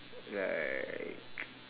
like